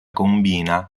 combina